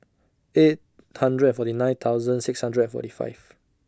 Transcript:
eight hundred and forty nine thousand six hundred and forty five